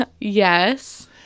Yes